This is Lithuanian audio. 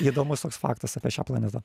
įdomus faktas apie šią planetą